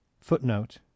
Footnote